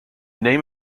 name